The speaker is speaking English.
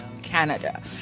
Canada